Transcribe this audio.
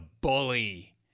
bully